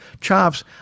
chops